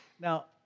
Now